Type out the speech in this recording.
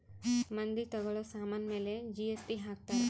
ಮಂದಿ ತಗೋಳೋ ಸಾಮನ್ ಮೇಲೆ ಜಿ.ಎಸ್.ಟಿ ಹಾಕ್ತಾರ್